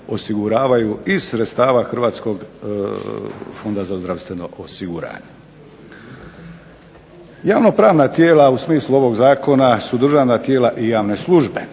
osiguravaju iz sredstava Hrvatskog fonda za zdravstveno osiguranje. Javno-pravna tijela u smislu ovog zakona su državna tijela i javne službe,